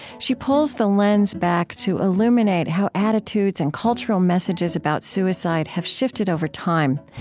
she pulls the lens back to illuminate how attitudes and cultural messages about suicide have shifted over time.